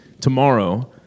tomorrow